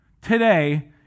Today